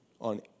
on